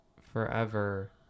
forever